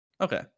okay